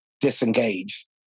disengaged